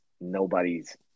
nobody's